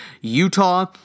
Utah